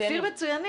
לקרות,